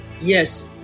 Yes